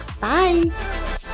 Bye